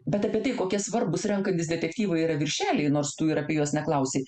bet apie tai kokie svarbūs renkantis detektyvą yra viršeliai nors tu ir apie juos neklausei